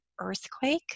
earthquake